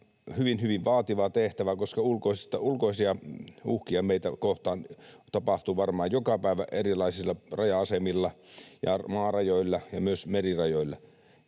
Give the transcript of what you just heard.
hyvin vaativa tehtävä, koska ulkoisia uhkia meitä kohtaan tapahtuu varmaan joka päivä erilaisilla raja-asemilla, maarajoilla ja myös merirajoilla